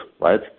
right